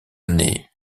année